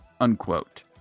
Unquote